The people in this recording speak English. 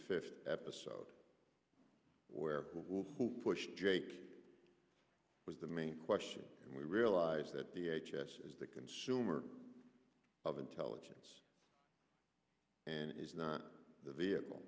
fifth episode where we'll push jake was the main question and we realize that the h s is the consumer of intelligence and is not the vehicle